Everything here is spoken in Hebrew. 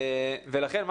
לכן,